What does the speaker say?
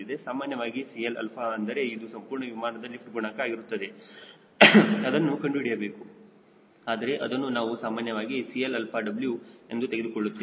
ಸಾಮಾನ್ಯವಾಗಿ 𝐶Lα ಅಂದರೆ ಇದು ಸಂಪೂರ್ಣ ವಿಮಾನದ ಲಿಫ್ಟ್ ಗುಣಾಂಕ ಆಗಿರುತ್ತದೆ ಅದನ್ನು ಕಂಡುಹಿಡಿಯಬೇಕು ಆದರೆ ಅದನ್ನು ನಾವು ಸಾಮಾನ್ಯವಾಗಿ 𝐶Lαw ಎಂದು ತೆಗೆದುಕೊಳ್ಳುತ್ತೇವೆ